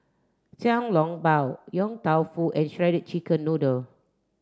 Xiang Long Bao Yong Tau Foo and Shredded Chicken Noodle